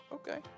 Okay